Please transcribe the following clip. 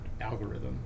algorithm